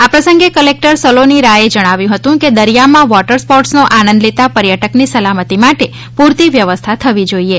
આ પ્રસંગે કલેકટર સલોની રાયે જણાવ્યુ હતુ કે દરિથામાં વોટર સ્પોર્ટસનો આનંદ લેતા પર્યટકની સલામતી માટે પુરતી વ્યવસ્થા થવી જોઇએ